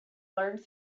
learned